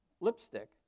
lipstick